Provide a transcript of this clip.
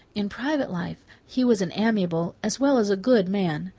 in private life, he was an amiable, as well as a good man.